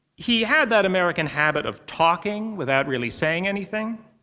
he had that american habit of talking without really saying anything.